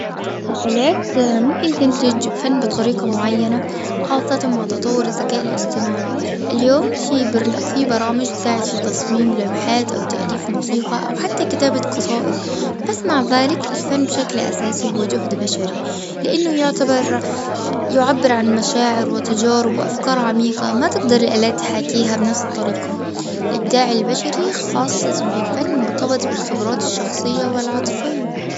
الآلات ممكن تنتج فن بطريقة معينة، خاصة مع تطور الذكاء الإصطناعي. اليوم في برنام- برامج تساعد في تصميم لوحات، أو تأليف موسيقى، أو حتى كتابة قصائد. بس مع ذلك، الفن بشكل أساسي هو جهد بشري، لأنه يعتبر- يعبر عن مشاعر، وتجارب، وأفكار عميقة، ما تقدر الآلات تحاكيها بنفس الطريقة. الإبداع البشري، خاصة في الفن، مرتبط بالخبرات الشخصية والعاطفية.